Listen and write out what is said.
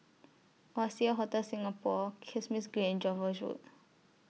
Oasia Hotel Singapore Kismis Green and Jervois Road